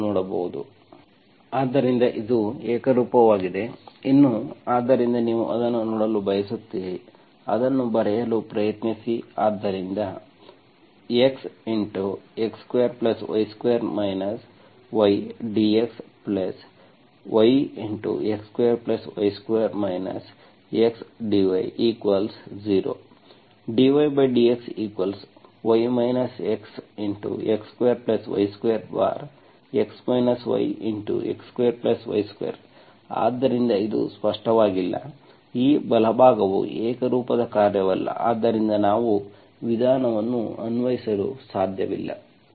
ಆದ್ದರಿಂದ ಇದು ಏಕರೂಪವಾಗಿದೆ ಇನ್ನೂ ಆದ್ದರಿಂದ ನೀವು ಅದನ್ನು ನೋಡಲು ಬಯಸುತ್ತೀರಿ ಅದನ್ನು ಬರೆಯಲು ಪ್ರಯತ್ನಿಸಿ ಆದ್ದರಿಂದ xx2y2 ydxyx2y2 xdy0 ⇒dydxy xx2y2x yx2y2 ಆದ್ದರಿಂದ ಇದು ಸ್ಪಷ್ಟವಾಗಿಲ್ಲ ಈ ಬಲಭಾಗವು ಏಕರೂಪದ ಕಾರ್ಯವಲ್ಲ ಆದ್ದರಿಂದ ನಾವು ವಿಧಾನವನ್ನು ಅನ್ವಯಿಸಲು ಸಾಧ್ಯವಿಲ್ಲ